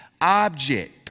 object